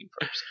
first